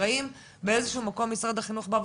- האם באיזשהו מקום משרד החינוך בא ואומר,